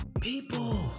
people